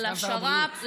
תודה רבה.